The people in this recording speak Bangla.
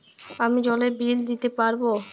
আমি জলের বিল দিতে পারবো?